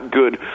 good